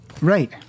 Right